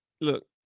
look